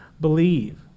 believe